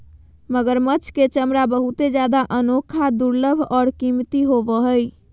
मगरमच्छ के चमरा बहुत जादे अनोखा, दुर्लभ और कीमती होबो हइ